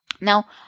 Now